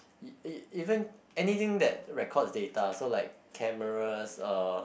even anything that record data so like cameras uh